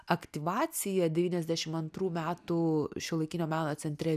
aktyvacija devyniasdešim antrų metų šiuolaikinio meno centre